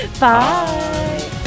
Bye